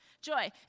joy